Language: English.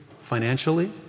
financially